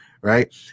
right